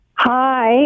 Hi